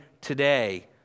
today